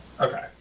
Okay